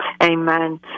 Amen